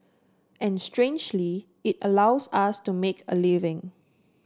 and strangely it allows us to make a living